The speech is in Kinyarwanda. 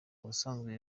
ubusanzwe